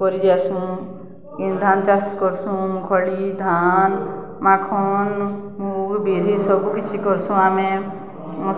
କରି ଯାଏସୁଁ କି ଧାନ୍ ଚାଷ୍ କର୍ସୁଁ ମୁକ୍ଫୁଲି ଧାନ୍ ମାଖନ୍ ମୁଗ୍ ବିରି ସବୁ କିଛି କର୍ସୁଁ ଆମେ